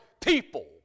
people